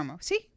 See